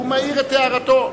הוא מעיר את הערתו.